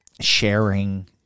sharing